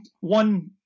one